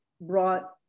brought